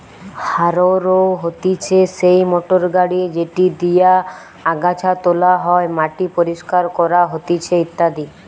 harrow হতিছে সেই motor গাড়ি যেটি দিয়া আগাছা তোলা হয়, মাটি পরিষ্কার করা হতিছে ইত্যাদি